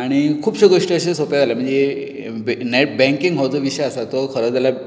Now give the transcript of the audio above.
आनी खुबश्यों गोश्टी अश्यो सोंप्यो जाल्या म्हणजें नेट बँकिंग हो जो विशय आसा तो खरो जाल्यार